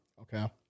Okay